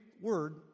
word